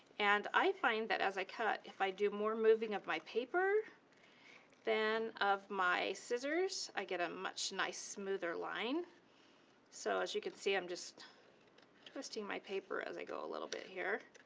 and i find that as i cut, if i do more moving of my paper than of my scissors, i get a much nice smoother line so as you can see i'm just twisting my paper as i go, a little bit here.